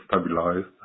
stabilized